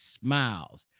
smiles